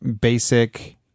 basic